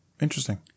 Interesting